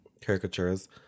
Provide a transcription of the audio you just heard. Caricatures